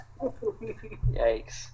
yikes